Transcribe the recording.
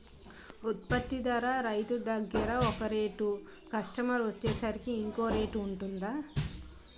ఉత్పత్తి ధర రైతు దగ్గర ఒక రేట్ కస్టమర్ కి వచ్చేసరికి ఇంకో రేట్ వుంటుందా?